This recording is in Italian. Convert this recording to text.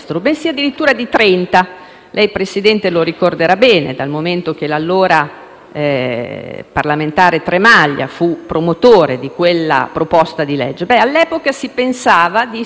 l'allora parlamentare Tremaglia fu promotore di quella proposta di legge. All'epoca si pensava di istituire la presenza di 30 parlamentari, 20 deputati e 10 senatori;